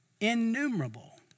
Innumerable